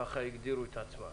ככה הם הגדירו את עצמם.